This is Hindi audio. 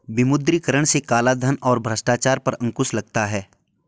विमुद्रीकरण से कालाधन और भ्रष्टाचार पर अंकुश लगता हैं